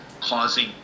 causing